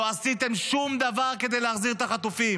לא עשיתם שום דבר כדי להחזיר את החטופים.